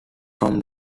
from